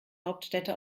hauptstädte